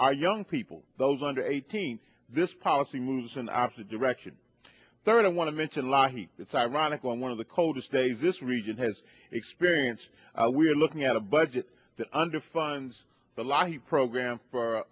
our young people those under eighteen this policy moves in opposite direction third i want to mention law it's ironic on one of the coldest days this region has experienced we're looking at a budget that under funds the law program for